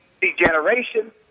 degeneration